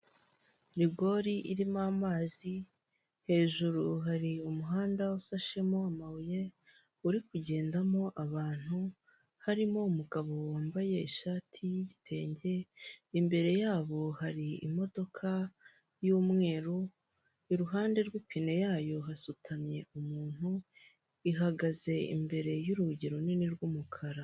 Rigori irimo amazi, hejuru hari umuhanda ishashemo amabuye urikugendamo abantu harimo umugabo wambaye ishati y'igitenge, imbere y'aho hari imodoka y'umweru iruhande rw'ipine yayo hasutamye umuntu, ihagaze imbere y'urugi runini tw'umukara.